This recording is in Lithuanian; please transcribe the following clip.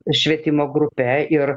švietimo grupe ir